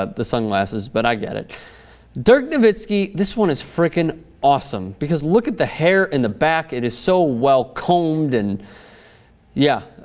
ah the sunglasses but i got it directivity this one is freakin awesome because look at the hair in the back gate is so well cold and yeah